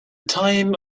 time